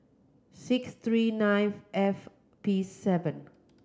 six three nine F P seven